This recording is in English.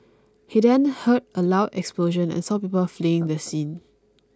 he then heard a loud explosion and saw people fleeing the scene